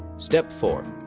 step four.